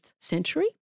century